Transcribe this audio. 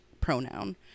pronoun